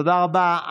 תודה רבה.